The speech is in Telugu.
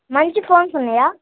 మంచి ఫోన్స్ ఉన్నాయా